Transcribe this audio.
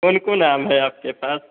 कौन कौन आम है आपके पास